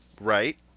Right